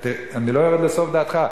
אני לא יורד לסוף דעתך,